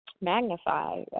magnify